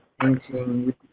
painting